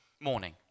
morning